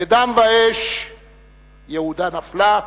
בדם ואש יהודה נפלה,